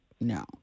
No